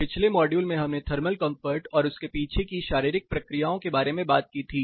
पिछले मॉड्यूल में हमने थर्मल कंफर्ट और उसके पीछे की शारीरिक प्रक्रियाओं के बारे में बात की थी